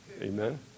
Amen